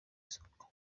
isoko